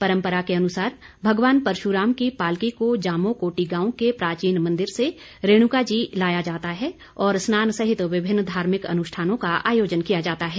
परंपरा के अनुसार भगवान परशुराम की पालकी को जामो कोटी गांव के प्राचीन मंदिर से रेणुका जी लाया जाता है और स्नान सहित विभिन्न धार्मिक अनुष्ठानों का आयोजन किया जाता है